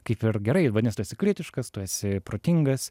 kaip ir gerai vadinas tu esi kritiškas tu esi protingas